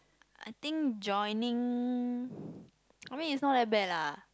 I think joining I mean it's not that bad lah